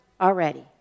already